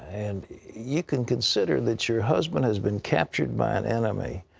and you can consider that your husband has been captured by an enemy.